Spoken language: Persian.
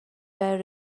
برای